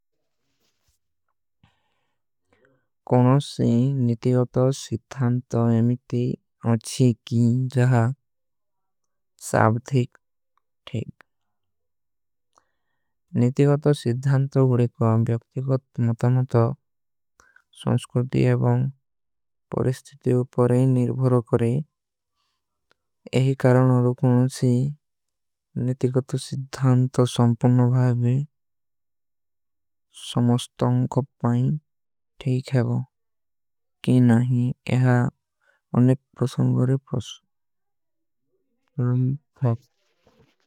କୌନୋଂ ସେ ନିତିଗତ ସିଧ୍ଧାନ ତୋ ଏମିତୀ ଅଚ୍ଛୀ। କୀ ଜହାଗ ସାବଧିକ ଠୀକ ନିତିଗତ ସିଧ୍ଧାନ। ତୋ ଉଡେକୋ ବ୍ଯକ୍ତିଗତ ମତା ମତା ସଂଶ୍କୁର୍ଥୀ ଏବଂଗ। ପରିସ୍ଥିତି ଉପରେ ନିର୍ଭରୋ କରେଂ ଏହୀ କାରଣ ଅଦୂ। କୌନୋଂ ସେ ନିତିଗତ ସିଧ୍ଧାନ ତୋ ସଂପୁର୍ଣ ଭାଇବେ। ସମସ୍ତ ଅଂକପ ପାଇଂ ଠୀକ ହୈବୋ କୀ ନାହୀ ଏହା। ଅନେପ ପ୍ରସଂଗରେ ପ୍ରସୂ।